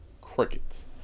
Crickets